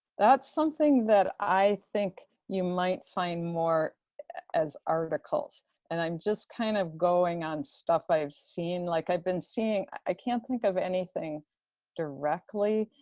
that's something that i think you might find more as articles and i'm just kind of going on stuff i've seen. like i've been seeing, i can't think of anything directly,